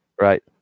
Right